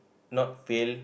not fail